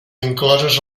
incloses